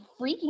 freaking